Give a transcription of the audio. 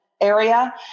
area